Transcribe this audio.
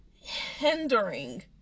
hindering